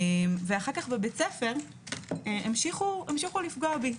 אחר כך בבית הספר המשיכו לפגוע בי.